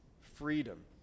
freedom